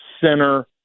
center